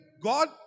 God